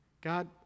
God